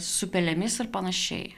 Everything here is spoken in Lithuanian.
su pelėmis ir panašiai